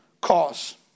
cause